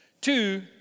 Two